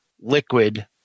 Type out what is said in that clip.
liquid